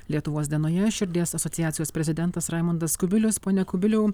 lietuvos dienoje širdies asociacijos prezidentas raimundas kubilius pone kubiliau